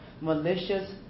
Malicious